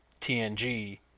TNG